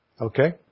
Okay